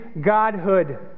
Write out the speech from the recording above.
Godhood